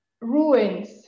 ruins